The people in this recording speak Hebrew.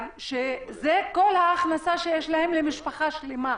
שזאת כל ההכנסה שיש להם למשפחה שלמה.